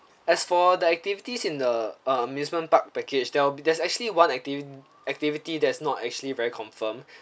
as for the activities in the uh amusement park package there will be there's actually one activity that is not actually very confirmed